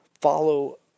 follow